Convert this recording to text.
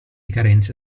carenze